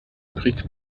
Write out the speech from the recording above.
übrig